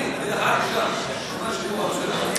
אני נכחתי, חבר הכנסת, תבדוק.